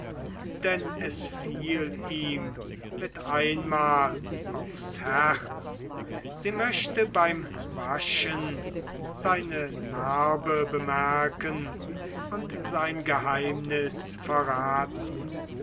denn es fiel ihm mit einmal aufs herz sie möchte beim waschen seine narben bemerken und sein geheimnis verraten